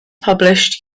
published